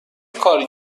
کاری